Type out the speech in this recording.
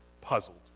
puzzled